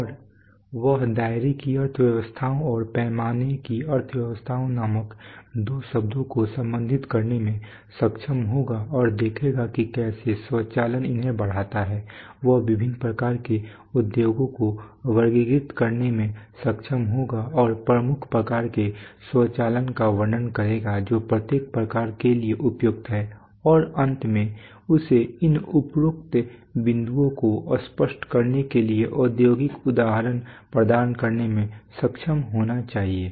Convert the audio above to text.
और वह दायरे की अर्थव्यवस्थाओं और पैमाने की अर्थव्यवस्थाओं नामक दो शब्दों को संबंधित करने में सक्षम होगा और देखेगा कि कैसे स्वचालन इन्हें बढ़ाता है वह विभिन्न प्रकार के उद्योगों को वर्गीकृत करने में सक्षम होगा और प्रमुख प्रकार के स्वचालन का वर्णन करेगा जो प्रत्येक प्रकार के लिए उपयुक्त हैं और अंत में उसे इन उपरोक्त बिंदुओं को स्पष्ट करने के लिए औद्योगिक उदाहरण प्रदान करने में सक्षम होना चाहिए